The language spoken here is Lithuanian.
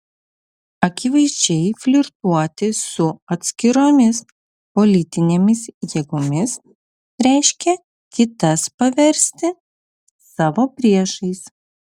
akivaizdžiai flirtuoti su atskiromis politinėmis jėgomis reiškia kitas paversti savo priešais